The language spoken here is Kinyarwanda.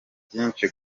byinshi